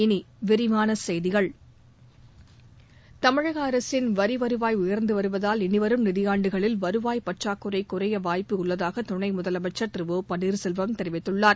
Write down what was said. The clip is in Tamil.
இனி விரிவான செய்திகள் தமிழக அரசின் வரி வருவாய் உயர்ந்து வருவதால் இனிவரும் நிதியாண்டுகளில் வருவாய் பற்றாக்குறை குறைய வாய்ப்புள்ளதாக துணை முதலமைச்சா் திரு ஒ பன்னீர்செல்வம் தெரிவித்துள்ளார்